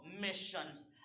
missions